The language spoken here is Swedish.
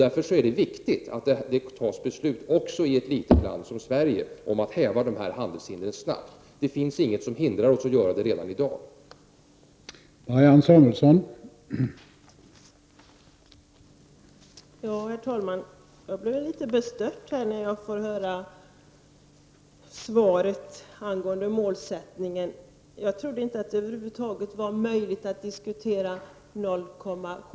Därför är det viktigt att beslut fattas också i ett litet land som Sverige om att dessa handelshinder hävs snabbt. Det finns inget som hindrar oss i Sverige från att göra det redan i dag.